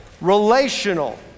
relational